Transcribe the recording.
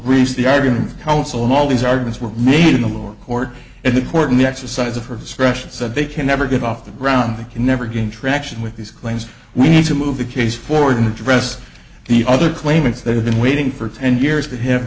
briefs the arguments counsel and all these arguments were made in the lower court in the court in the exercise of her discretion said they can never get off the ground they can never gain traction with these claims we need to move the case forward and addressed the other claimants that have been waiting for ten years to have